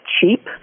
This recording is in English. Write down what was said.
cheap